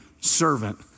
servant